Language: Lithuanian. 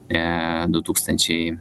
e du tūkstančiai